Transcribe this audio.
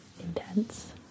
intense